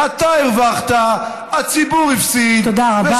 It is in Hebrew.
אתה הרווחת, הציבור הפסיד, תודה רבה.